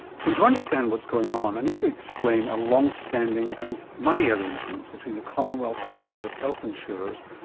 for you to understand what's going on, i need to explain a long-standing and muddy arrangement between the commonwealth and private health insurers,